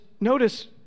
notice